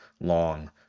long